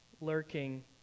lurking